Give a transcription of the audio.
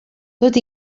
tot